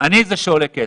אני זה שעולה כסף.